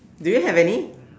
do you have any